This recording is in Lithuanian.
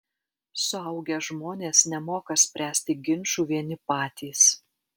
suaugę žmonės nemoka spręsti ginčų vieni patys